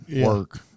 work